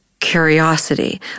curiosity